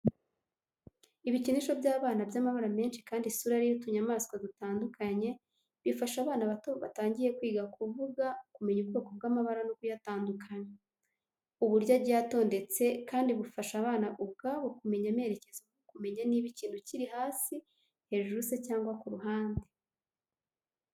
Ibikinisho by’abana by’amabara menshi kandi isura ari iy'utunyamaswa dutandukanye. Bifasha abana bato batangiye kwiga kuvuga, kumenya ubwoko bw'amabara no kuyatandukanya. Uburyo agiye atondetse kandi bufasha abana ubwabo kumenya amerekezo nko kumenya niba ikintu kiri hasi, hejuru se cyangwa ku ruhande.